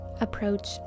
Approach